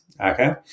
okay